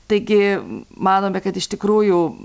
taigi manome kad iš tikrųjų